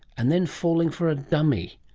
and then falling for a dummy?